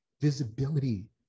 visibility